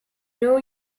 know